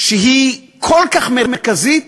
שהיא כל כך מרכזית